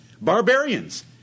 barbarians